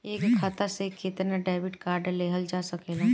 एक खाता से केतना डेबिट कार्ड लेहल जा सकेला?